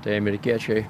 tai amerikiečiai